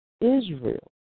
Israel